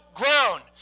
ground